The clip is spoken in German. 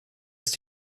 ist